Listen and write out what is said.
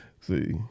See